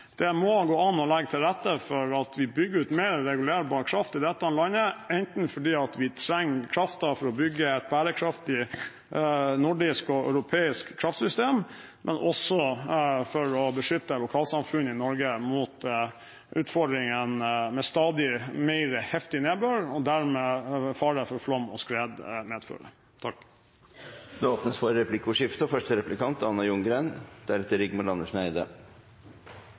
Det må gå an å legge til rette for at vi bygger ut mer regulerbar kraft i dette landet fordi vi trenger kraften for å bygge et bærekraftig nordisk og europeisk kraftsystem, men også for å beskytte lokalsamfunn i Norge mot utfordringen med stadig mer heftig nedbør og dermed fare for flom og skred som det medfører. Det blir replikkordskifte.